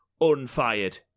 unfired